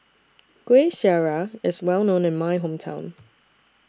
Kueh Syara IS Well known in My Hometown